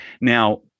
Now